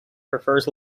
prefers